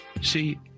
see